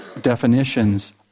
definitions